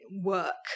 work